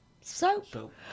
soap